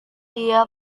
dia